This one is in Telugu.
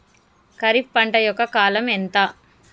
ఖరీఫ్ పంట యొక్క కాలం ఎంత?